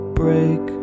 break